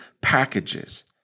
packages